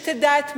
ושתדע את מקומה.